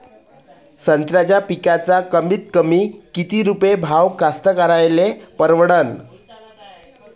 संत्र्याचा पिकाचा कमीतकमी किती रुपये भाव कास्तकाराइले परवडन?